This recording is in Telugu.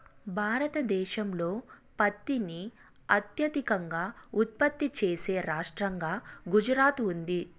భారతదేశంలో పత్తిని అత్యధికంగా ఉత్పత్తి చేసే రాష్టంగా గుజరాత్ ఉంది